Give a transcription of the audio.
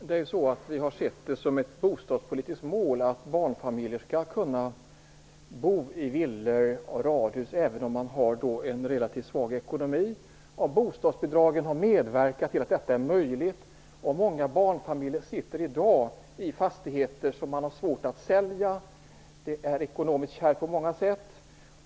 Herr talman! Vi har sett det som ett bostadspolitiskt mål att barnfamiljer skall kunna bo i villor och radhus även om man har en relativt svag ekonomi. Bostadsbidragen har medverkat till att detta är möjligt. Många familjer sitter i dag i fastigheter som man har svårt att sälja. Det är ekonomiskt kärvt på många sätt.